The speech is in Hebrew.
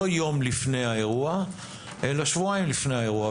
לא יום לפני האירוע אלא שבועיים לפני האירוע,